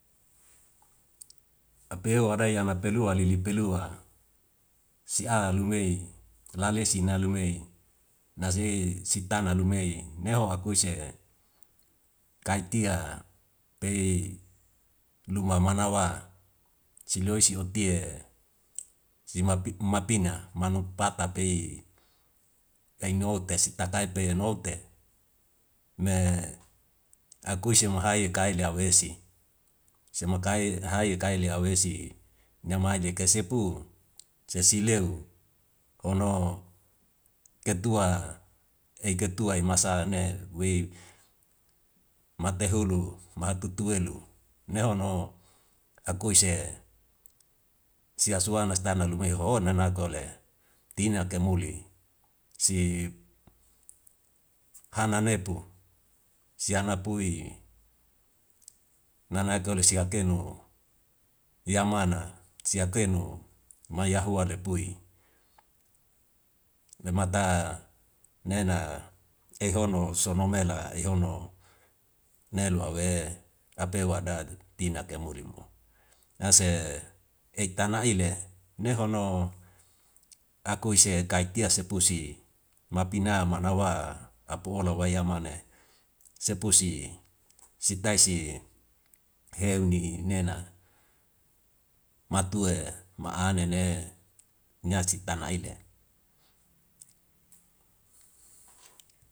Apeu arai ana pelua lili pelua si'a lumei lalesi nalu nasi sitana liumei neo akuise kaitia pe luma manawa siloi si hoti si mapinga manu pata pei ei note si takapai pe inote me akui se mo hai kaila wesi, se mo kai hai kaila wesi namaje kasepu sesi leu ono ketua, ei ketua i'masa ne we mate holu matutu welu ne hono akuise sia suhana nanalu meho nana kole tina kemuli si hana netu si ana pui nana ko le sia kenu yamana sia kenu mai yahua lepui. Nemata nena ehono sono mela ehono nelu awe apeu ada tina kemuli mo na se eik tana ile nehono akuise kai tia sepusi mapina manawa apo olo wayama ne sepusi sitaisiheu ni nena matu ma an nene niasik tana aile.